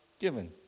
given